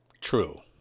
True